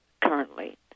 currently